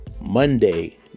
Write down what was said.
monday